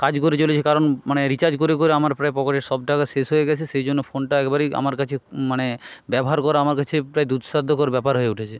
কাজ করে চলেছে কারণ মানে রিচার্জ করে করে আমার প্রায় পকেটের সব টাকা শেষ হয়ে গেছে সেই জন্য ফোনটা একবারেই আমার কাছে মানে ব্যবহার করা আমার কাছে প্রায় দুঃসাধ্যকর ব্যাপার হয়ে উঠেছে